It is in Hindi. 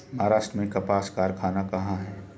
महाराष्ट्र में कपास कारख़ाना कहाँ है?